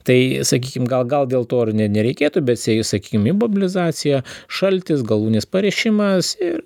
tai sakykim gal gal dėl to ir ne nereikėtų bet se sakykim imobilizacija šaltis galūnės parišimas ir